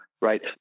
right